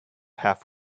half